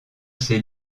ses